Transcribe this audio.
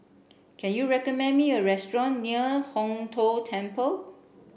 can you recommend me a restaurant near Hong Tho Temple